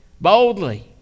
boldly